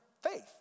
faith